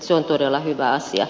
se on todella hyvä asia